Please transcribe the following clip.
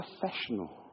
professional